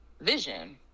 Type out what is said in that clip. vision